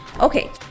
Okay